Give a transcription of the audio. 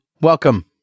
Welcome